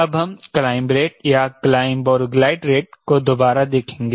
अब हम climb rate या क्लाइंब और ग्लाइड रेट को दोबारा देखेंगे